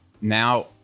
now